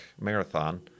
Marathon